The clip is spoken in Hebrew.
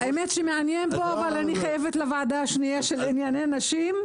האמת שמעניין פה אבל אני חייבת לצאת לוועדה של ענייני נשים,